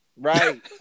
Right